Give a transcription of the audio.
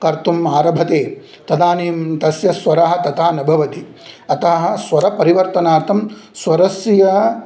कर्तुम् आरभते तदानीं तस्य स्वरः तथा न भवति अतः स्वरपरिवर्तनार्थं स्वरस्य